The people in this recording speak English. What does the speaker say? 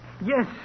yes